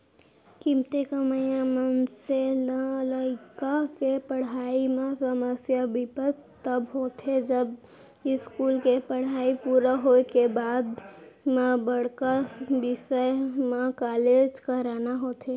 कमती कमइया मनसे ल लइका के पड़हई म समस्या बिपत तब होथे जब इस्कूल के पड़हई पूरा होए के बाद म बड़का बिसय म कॉलेज कराना होथे